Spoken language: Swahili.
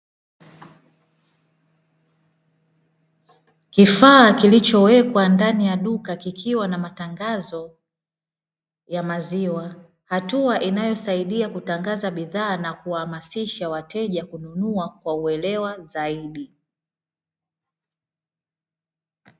Kifaa kilichowekwa ndani ya duka kikiwa na matangazo ya maziwa hatua inayosaidia kutangaza bidhaa na kuhamasisha wateja kununua kwa uelewa zaidi.